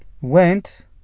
went